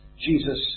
Jesus